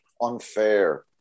unfair